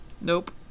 Nope